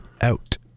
out